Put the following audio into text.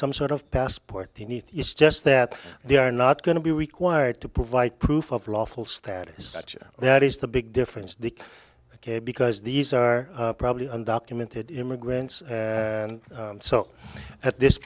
some sort of passport he need just that they are not going to be required to provide proof of lawful status such that is the big difference the ok because these are probably undocumented immigrants and so at this